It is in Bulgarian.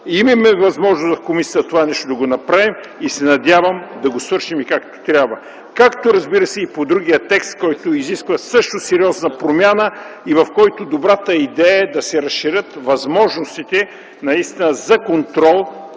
Имаме възможност в комисията това нещо да го направим и се надявам да го свършим и както трябва. Другият текст, който също изисква сериозна промяна и в който добрата идея е – да се разширят възможностите за контрол